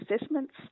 assessments